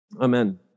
Amen